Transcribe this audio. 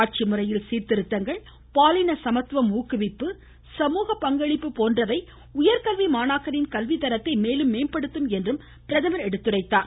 ஆட்சிமுறையில் சீர்த்திருத்தங்கள் பாலின சமத்துவம் ஊக்குவிப்பு சமூக பங்களிப்பு போன்றவை உயர்க்கல்வி மாணாக்கரின் கல்வித்தரத்தை மேலும் மேம்படுத்தும் என்றும் அவர் எடுத்துரைத்தார்